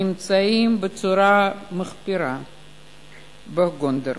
הנמצאים בצורה מחפירה בגונדר,